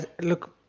look